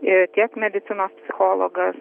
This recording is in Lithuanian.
ir tiek medicinos psichologas